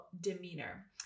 demeanor